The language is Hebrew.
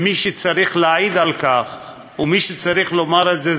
ומי שצריך להעיד על כך ומי שצריך לומר את זה,